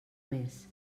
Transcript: més